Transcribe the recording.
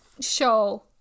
show